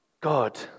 God